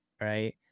Right